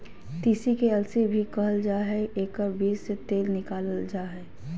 तीसी के अलसी भी कहल जा हइ एकर बीज से तेल निकालल जा हइ